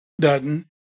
Dutton